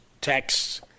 texts